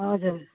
हजुर